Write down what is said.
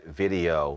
video